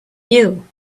you